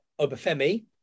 Obafemi